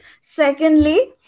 secondly